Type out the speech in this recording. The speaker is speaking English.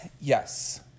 Yes